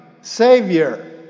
savior